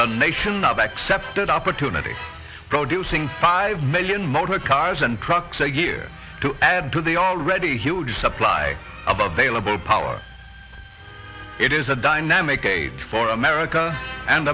the nation of accepted opportunity producing five million motor cars and trucks a year to add to the already huge supply above a local power it is a dynamic aid for america and